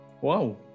Wow